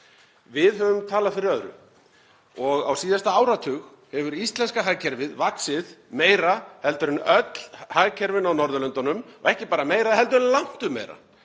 Við höfum talað fyrir öðru. Á síðasta áratug hefur íslenska hagkerfið vaxið meira heldur en öll hagkerfin á Norðurlöndunum og ekki bara meira heldur en langtum meira.